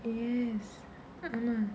yes mm